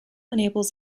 enables